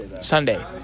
Sunday